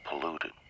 polluted